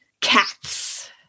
cats